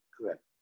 Correct